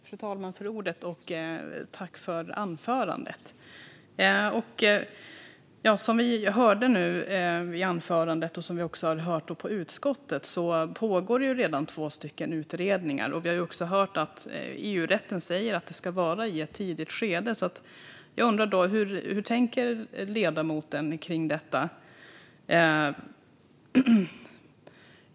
Fru talman! Jag tackar för anförandet. Vi hörde i anförandet, och vi har hört i utskottet, att det redan pågår två utredningar. Vi har också hört att EU-rätten säger att utredningen ska ske i ett tidigt skede. Hur tänker ledamoten om detta?